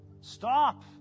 Stop